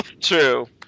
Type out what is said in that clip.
True